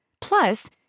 Plus